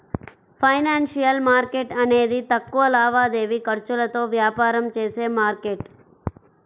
financial market అనేది తక్కువ లావాదేవీ ఖర్చులతో వ్యాపారం చేసే మార్కెట్